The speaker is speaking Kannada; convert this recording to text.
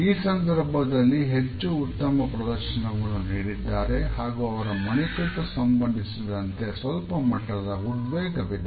ಈ ಸಂದರ್ಭದಲ್ಲಿ ಹೆಚ್ಚು ಉತ್ತಮ ಪ್ರದರ್ಶನವನ್ನು ನೀಡಿದ್ದಾರೆ ಹಾಗೂ ಅವರ ಮಣಿಕಟ್ಟು ಸಂಬಂಧಿಸಿದಂತೆ ಸ್ವಲ್ಪ ಮಟ್ಟದ ಉದ್ವೇಗವಿದೆ